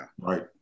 right